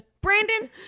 Brandon